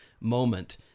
moment